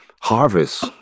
harvest